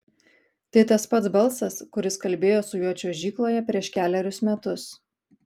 tai tas pats balsas kuris kalbėjo su juo čiuožykloje prieš kelerius metus